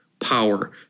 power